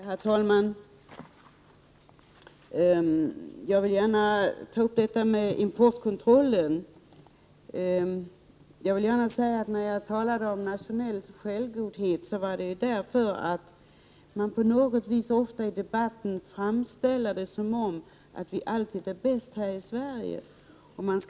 Herr talman! Jag vill gärna ta upp frågan om importkontrollen. När jag talade om nationell självgodhet menade jag att man på något vis i debatten ofta framställer det som om vi här i Sverige alltid är bäst.